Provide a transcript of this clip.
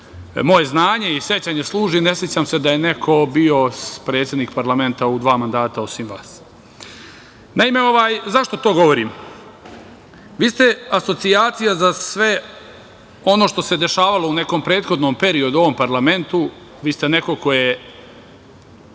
moje znanje i sećanje služi, ne sećam se da je neko bio predsednik parlamenta u dva mandata osim vas.Zašto to govorim? Vi ste asocijacija za sve ono što se dešavalo u nekom prethodnom periodu u ovom parlamentu. Vi ste neko ko je